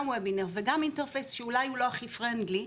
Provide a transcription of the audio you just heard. גם וובינר וגם אינטרספייס שאולי הוא לא הכי ידידותי,